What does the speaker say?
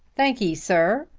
thank ee, sir,